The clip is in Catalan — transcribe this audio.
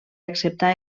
acceptar